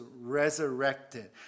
resurrected